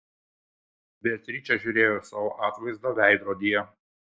beatričė žiūrėjo į savo atvaizdą veidrodyje